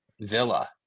Villa